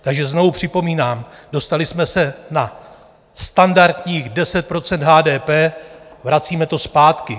Takže znovu připomínám, dostali jsme se na standardních 10 % HDP, vracíme to zpátky.